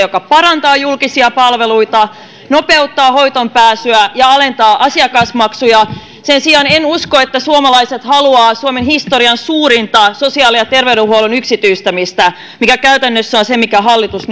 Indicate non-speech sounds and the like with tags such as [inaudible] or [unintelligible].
[unintelligible] joka parantaa julkisia palveluita nopeuttaa hoitoon pääsyä ja alentaa asiakasmaksuja sen sijaan en usko että suomalaiset haluavat suomen historian suurinta sosiaali ja terveydenhuollon yksityistämistä mikä käytännössä on se mitä hallitus [unintelligible]